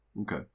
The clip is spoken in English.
Okay